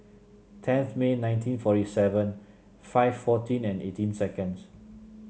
tenth May nineteen forty seven five fourteen and eighteen seconds